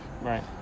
Right